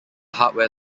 hardware